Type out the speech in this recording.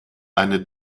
eine